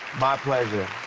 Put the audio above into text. my pleasure.